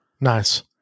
Nice